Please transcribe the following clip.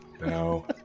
No